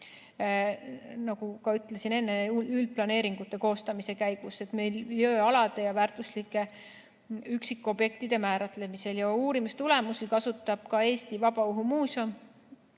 nagu enne ütlesin, üldplaneeringute koostamise käigus miljööalade ja väärtuslike üksikobjektide määratlemisel. Uurimistulemusi kasutab ka Eesti Vabaõhumuuseum